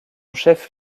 chef